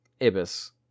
Ibis